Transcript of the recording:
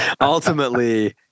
ultimately